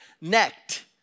necked